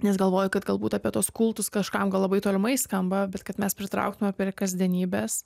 nes galvoju kad galbūt apie tuos kultus kažkam gal labai tolimai skamba bet kad mes pritrauktume prie kasdienybės